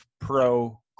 pro-